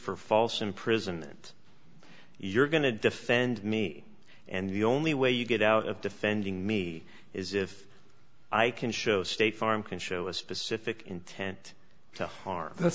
for false imprisonment you're going to defend me and the only way you get out of defending me is if i can show state farm can show a specific intent to harm th